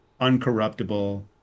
uncorruptible